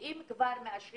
אנחנו רואים